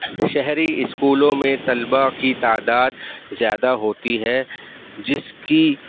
شہری اسکولوں میں طلباء کی تعداد زیادہ ہوتی ہے جس کی